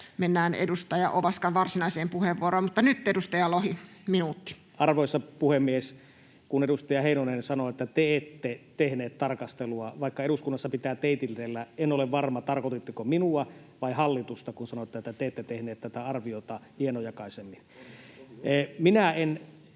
mennään edustaja Ovaskan varsinaiseen puheenvuoroon. — Mutta nyt edustaja Lohi, minuutti. Arvoisa puhemies! Kun edustaja Heinonen sanoi, että ”te ette tehneet tarkastelua”, niin vaikka eduskunnassa pitää teititellä, en ole varma, tarkoititteko minua vai hallitusta, kun sanoitte, että ”te ette tehneet tätä arviota hienojakoisemmin”. Minä en